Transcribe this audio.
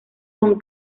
con